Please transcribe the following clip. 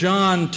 John